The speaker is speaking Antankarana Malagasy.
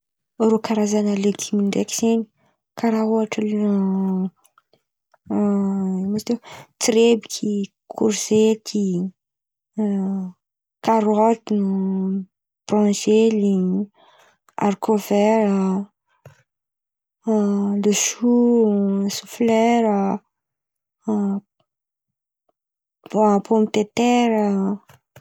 Karazan̈a legimo ndraiky zen̈y karà ôhatra: tsirebiky, kôrizety karôty, baranjely, arikôvera leso, soflera pomidetera.